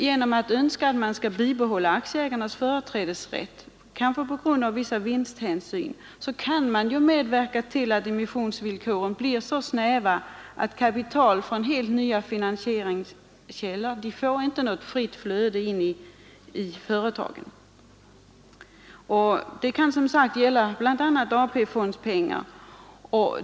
Genom att önska att man skall bibehålla aktieägarnas företrädesrätt — kanske på grund av vissa vinsthänsyn — kan man medverka till att emissionsvillkoren blir så snäva, att kapital från helt nya finansieringskällor inte får något fritt flöde in i företagen. Detta kan som sagt gälla bl.a. AP-fondpengar.